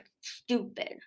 Stupid